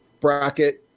bracket